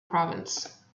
province